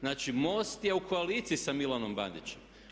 Znači, MOST je u koaliciji sa Milanom Bandićem.